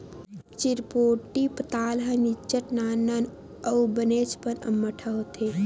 चिरपोटी पताल ह निच्चट नान नान अउ बनेचपन अम्मटहा होथे